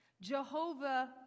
Jehovah